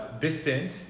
distant